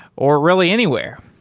or really anywhere.